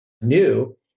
new